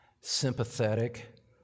sympathetic